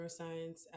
neuroscience